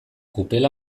kupela